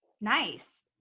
Nice